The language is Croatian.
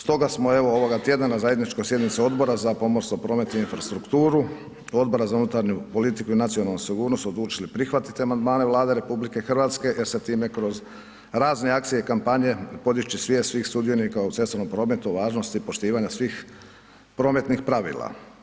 Stoga smo evo ovoga tjedna na zajedničkoj sjednici Odbora za pomorstvo, promet i infrastrukturu, Odbora za unutarnju politiku i nacionalnu sigurnosti odlučili prihvatiti amandmane Vlade RH i sa time kroz razne akcije i kampanje podići svijest svih sudionika u cestovnom prometu, važnosti i poštivanja svih prometnih pravila.